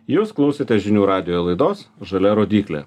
jūs klausote žinių radijo laidos žalia rodyklė